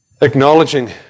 acknowledging